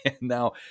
now